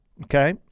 Okay